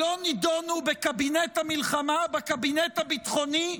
שלא נדונו בקבינט המלחמה, בקבינט הביטחוני,